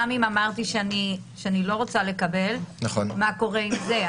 גם אם אמרתי שאני לא רוצה לקבל, מה קורה עם זה?